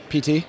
PT